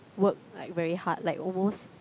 work like very hard like almost